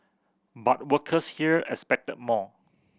but workers here expected more